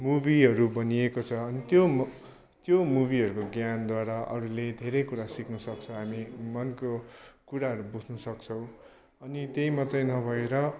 मुबीहरू बनिएको छ अनि त्यो मु त्यो मुबीहरूको ज्ञानद्वारा अरूहरूले धेरै कुरा सिक्नसक्छ हामी मनको कुराहरू बुझ्नसक्छौँ अनि त्यही मात्रै नभएर